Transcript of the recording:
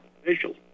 officials